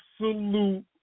absolute